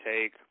take